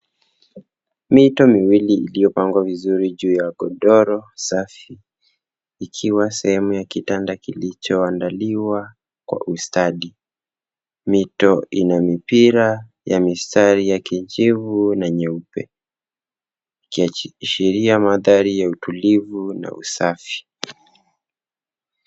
Mito miwili iliyopangwa vizuri juu ya kudoro safi. Ikiwa sehemu ya kitanda kilichoandaliwa kwa ustadi. Mito ina mipira ya mistari ya kijivu na nyeupe. Ikiashiria mandhari ya utulivu na usafi.